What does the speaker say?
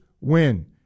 win